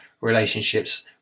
relationships